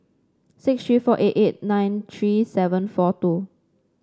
six three four eight eight nine three seven four two